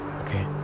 Okay